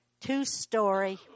two-story